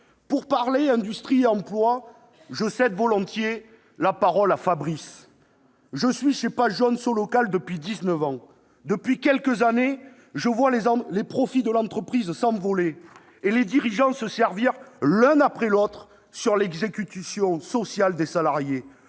Pour parler d'industrie et d'emploi, je cède volontiers la parole à Fabrice :« Je suis chez PagesJaunes Solocal depuis dix-neuf ans. Depuis quelques années, je vois les profits de l'entreprise s'envoler, et les dirigeants se servir l'un après l'autre sur l'exécution sociale des salariés.